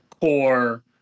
core